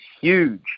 huge